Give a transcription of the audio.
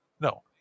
No